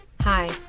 Hi